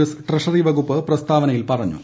S treasury വകുപ്പ് പ്രസ്താവനയിൽ പറഞ്ഞു